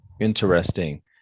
Interesting